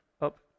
up